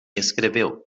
escreveu